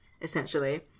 essentially